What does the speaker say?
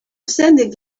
sending